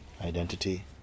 identity